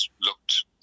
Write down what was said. looked